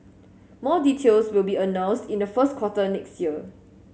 more details will be announced in the first quarter next year